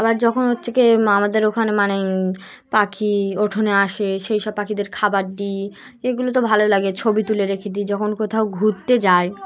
আবার যখন হচ্ছে গিয়ে আমাদের ওখানে মানে পাখি উঠোনে আসে সেই সব পাখিদের খাবার দিই এগুলো তো ভালো লাগে ছবি তুলে রেখে দিই যখন কোথাও ঘুরতে যাই